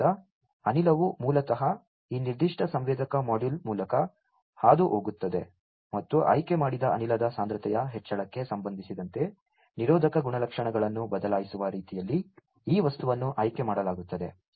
ಆದ್ದರಿಂದ ಅನಿಲವು ಮೂಲತಃ ಈ ನಿರ್ದಿಷ್ಟ ಸಂವೇದಕ ಮಾಡ್ಯೂಲ್ ಮೂಲಕ ಹಾದುಹೋಗುತ್ತದೆ ಮತ್ತು ಆಯ್ಕೆಮಾಡಿದ ಅನಿಲದ ಸಾಂದ್ರತೆಯ ಹೆಚ್ಚಳಕ್ಕೆ ಸಂಬಂಧಿಸಿದಂತೆ ನಿರೋಧಕ ಗುಣಲಕ್ಷಣಗಳನ್ನು ಬದಲಾಯಿಸುವ ರೀತಿಯಲ್ಲಿ ಈ ವಸ್ತುವನ್ನು ಆಯ್ಕೆ ಮಾಡಲಾಗುತ್ತದೆ